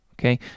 okay